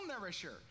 nourisher